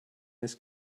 this